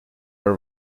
are